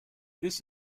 this